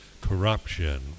corruption